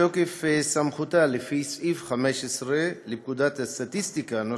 מתוקף סמכותה לפי סעיף 15 לפקודת הסטטיסטיקה ,